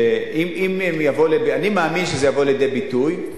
אני מאמין שזה יבוא לידי ביטוי,